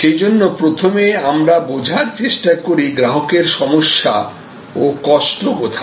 সেই জন্য প্রথমে আমরা বোঝার চেষ্টা করি গ্রাহকের সমস্যা ও কষ্ট কোথায়